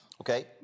Okay